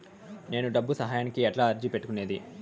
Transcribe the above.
నేను డబ్బు సహాయానికి ఎట్లా అర్జీ పెట్టుకునేది?